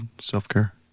self-care